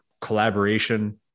collaboration